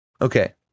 Okay